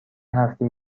هفته